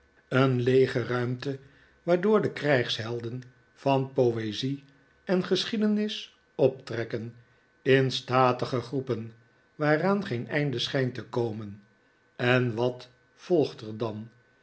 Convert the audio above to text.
een leege ruimte waardoor de krijgshelden vain poezie en geschiedenis optrekken in statige groepen waaraan geen einde schijnt te komen en wat volgt er dan